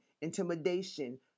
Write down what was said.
Intimidation